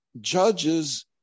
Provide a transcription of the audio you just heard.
judges